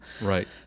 Right